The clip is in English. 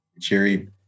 jerry